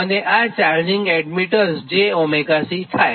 અને charging admittance jC થાય